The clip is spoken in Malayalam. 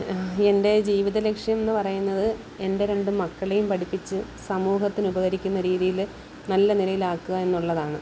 എന്റെ ജീവിത ലക്ഷ്യമെന്നു പറയുന്നത് എന്റെ രണ്ടു മക്കളെയും പഠിപ്പിച്ച് സമൂഹത്തിനുപകരിക്കുന്ന രീതിയില് നല്ല നിലയിലാക്കുക എന്നുള്ളതാണ്